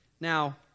Now